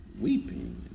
weeping